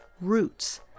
Roots